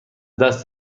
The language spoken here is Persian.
دست